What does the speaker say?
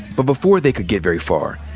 but before they could get very far,